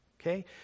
okay